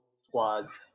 squads